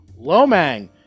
Lomang